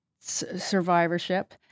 survivorship